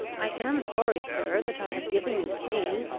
i am sorry, sir, that i have given you pain.